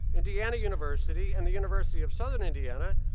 indiana university, and the university of southern indiana,